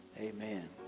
amen